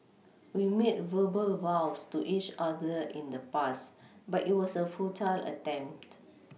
we made verbal vows to each other in the past but it was a futile attempt